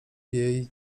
jej